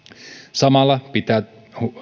samalla pitää